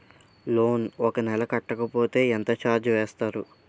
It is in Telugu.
లోన్ ఒక నెల కట్టకపోతే ఎంత ఛార్జ్ చేస్తారు?